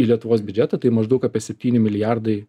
į lietuvos biudžetą tai maždaug apie septyni milijardai